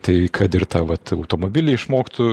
tai kad ir ta vat automobiliai išmoktų